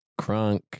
crunk